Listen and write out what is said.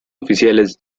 oficiales